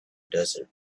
desert